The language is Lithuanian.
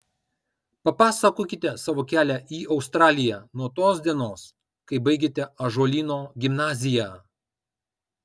papasakokite savo kelią į australiją nuo tos dienos kai baigėte ąžuolyno gimnaziją